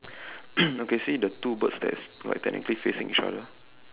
okay see the two birds that's like technically facing each other